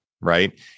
Right